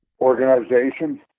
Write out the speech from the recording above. Organization